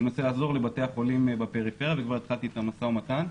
אני מנסה לעזור לבתי החולים בפריפריה וכבר התחלתי במשא ומתן.